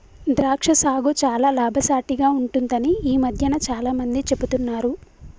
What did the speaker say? ద్రాక్ష సాగు చాల లాభసాటిగ ఉంటుందని ఈ మధ్యన చాల మంది చెపుతున్నారు